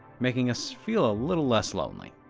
making us feel a little less lonely.